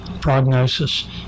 prognosis